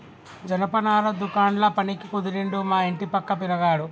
జనపనార దుకాండ్ల పనికి కుదిరిండు మా ఇంటి పక్క పిలగాడు